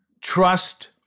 trust